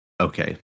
okay